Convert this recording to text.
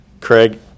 Craig